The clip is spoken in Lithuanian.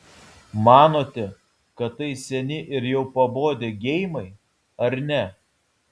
manote kad tai seni ir jau pabodę geimai ar ne